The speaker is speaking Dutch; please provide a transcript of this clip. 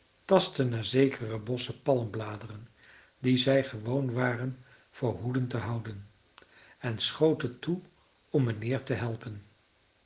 tastten naar zekere bossen palmbladeren die zij gewoon waren voor hoeden te houden en schoten toe om mijnheer te helpen